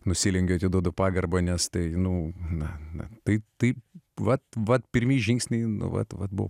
nusilenkiu atiduodu pagarbą nes tai nu na na tai taip vat vat pirmi žingsniai nu vat vat buvo